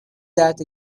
that